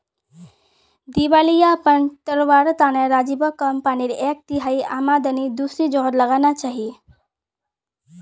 दिवालियापन टलवार तने राजीवक कंपनीर एक तिहाई आमदनी दूसरी जगह लगाना चाहिए